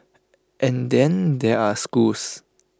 and then there are schools